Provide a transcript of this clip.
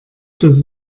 dass